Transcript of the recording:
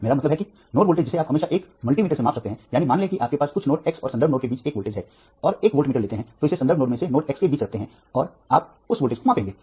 मेरा मतलब है कि नोड वोल्टेज जिसे आप हमेशा एक मल्टीमीटर से माप सकते हैं यानी मान लें कि आपके पास कुछ नोड x और संदर्भ नोड के बीच एक वोल्टेज है आप एक वोल्टमीटर लेते हैं और इसे संदर्भ नोड में नोड x के बीच रखते हैं और आप उस वोल्टेज को मापेंगे